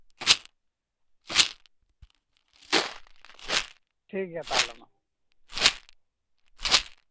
ᱴᱷᱤᱠᱜᱮᱭᱟ ᱛᱟᱦᱞᱮ ᱢᱟ